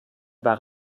aber